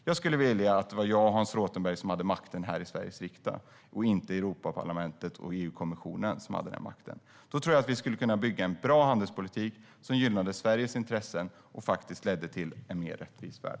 Jag skulle vilja att det var jag och Hans Rothenberg som hade makten här i Sveriges riksdag, inte Europaparlamentet och EU-kommissionen. Då tror jag att vi skulle kunna bygga en bra handelspolitik som gynnar Sveriges intressen och leder till en mer rättvis värld.